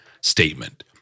statement